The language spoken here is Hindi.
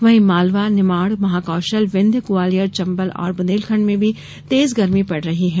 वहीं मालवा निमाड़ महाकौशल विंध्य ग्वालियर चम्बल और बुन्देलखण्ड में भी तेज गर्मी पड़ रही है